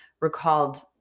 recalled